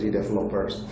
developers